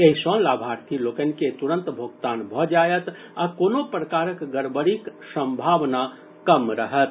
एहि सॅ लाभार्थी लोकनि के तुरंत भोगतान भऽ जायत आ कोनो प्रकारक गड़बड़ीक संभावना कम रहत